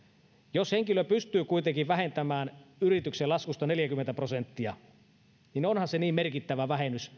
jos henkilö pystyy kuitenkin vähentämään yrityksen laskusta neljäkymmentä prosenttia niin onhan se niin merkittävä vähennys